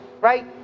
Right